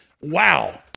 wow